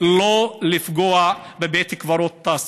לא לפגוע בבית קברות טאסו.